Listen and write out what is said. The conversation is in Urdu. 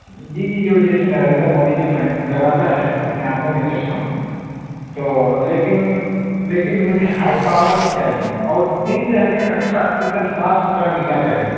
جی جی جو جیسے نریندر مودی جو پہن لگاتا ہے اپنے آنکھوں میں چشمہ تو لیکن لیکن مجھے ہائی پاور میں چاہیے اور دن میں ہمیں اچھا ایک دم صاف ستھرا دکھنا چاہیے